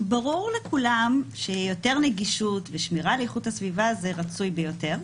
ברור לכולם שיותר נגישות ושמירה על איכות הסביבה זה רצוי ביותר,